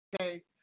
Okay